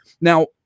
Now